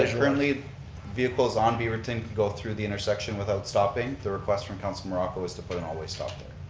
ah currently vehicles on beaverton can go through the intersection without stopping. the request from councillor morocco is to put an all-way stop there.